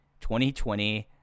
2020